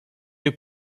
est